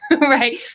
right